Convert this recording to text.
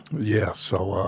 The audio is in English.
yeah, so, ah,